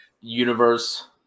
universe